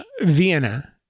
Vienna